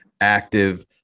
active